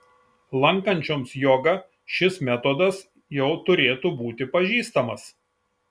lankančioms jogą šis metodas jau turėtų būti pažįstamas